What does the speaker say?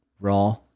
raw